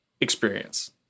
experience